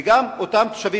וגם אותם תושבים,